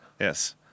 Yes